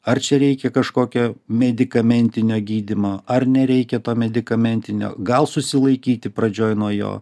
ar čia reikia kažkokio medikamentinio gydymo ar nereikia to medikamentinio gal susilaikyti pradžioje nuo jo